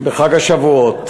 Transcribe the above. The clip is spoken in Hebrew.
בחג השבועות